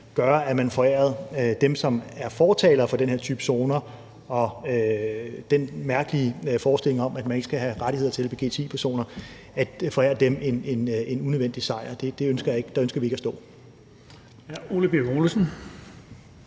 gøre, at man forærede dem, som er fortalere for den her type zoner og den mærkelige forestilling om, at man ikke skal have rettigheder til lgbti-personer, en unødvendig sejr. Det ønsker jeg ikke. Der ønsker